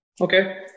Okay